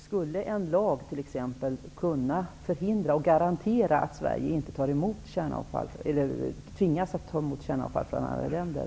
Skulle t.ex. en lag kunna garantera att Sverige inte tvingas ta emot kärnavfall från andra länder?